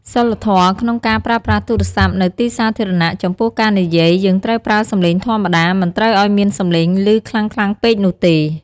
សីលធម៌ ក្នុងការប្រើប្រាស់ទូរស័ព្ទនៅទីសាធារណៈ ចំពោះការនិយាយ យើងត្រូវប្រើសំឡេងធម្មតា មិនត្រូវអោយមានសំឡេងឮខ្លាំងៗពេកនោះទេ។